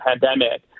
pandemic